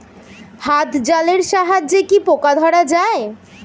হাত জলের সাহায্যে কি পোকা ধরা যায়?